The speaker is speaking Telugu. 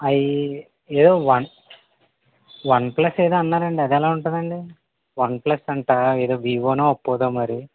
అవి ఏవో వన్ వన్ ప్లస్ ఏదో అన్నారండి అదెలా ఉంటుంది అండి వన్ ప్లస్ అంటా ఎదో వీవో నో ఒప్పో నో మరి